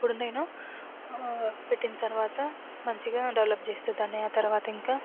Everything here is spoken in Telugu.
అప్పుడు నేను పెట్టిన తర్వాత మంచిగా డెవలప్ చేస్తాను దాన్ని ఆ తరవాత ఇంక